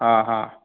हां हां